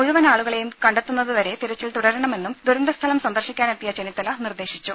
മുഴുവൻ ആളുകളേയും കണ്ടെത്തുന്നത് വരെ തെരച്ചിൽ തുടരണമെന്നും ദുരന്ത സ്ഥലം സന്ദർശിക്കാനെത്തിയ ചെന്നിത്തല നിർദ്ദേശിച്ചു